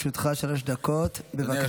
לרשותך שלוש דקות, בבקשה.